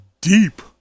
deep